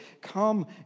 come